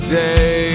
day